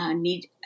need